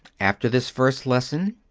after this first lesson,